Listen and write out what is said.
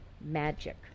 magic